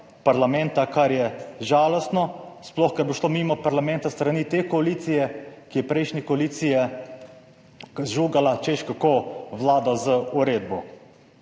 parlamenta, kar je žalostno, sploh ker bo šlo mimo parlamenta s strani te koalicije, ki je prejšnji koaliciji žugala, češ kako vlada z uredbo.